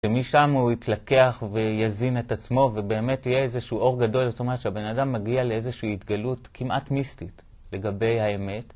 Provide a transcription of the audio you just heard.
ומשם הוא יתלקח ויזין את עצמו ובאמת יהיה איזשהו אור גדול, זאת אומרת, שהבן אדם מגיע לאיזושהי התגלות כמעט מיסטית לגבי האמת